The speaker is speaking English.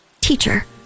Teacher